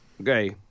Okay